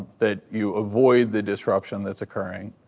that you avoid the disruption that's occurring.